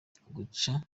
guca